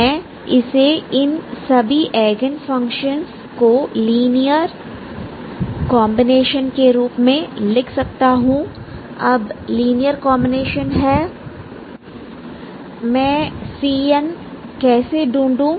मैं इसे इन सभी एगेनफंक्शंस को लीनियर कॉन्बिनेशन के रूप में लिख सकता हूं अब लीनियर कॉन्बिनेशन है मैं Cn कैसे ढूंढूं